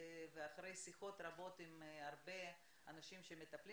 ואחרי שיחות רבות עם אנשים שמטפלים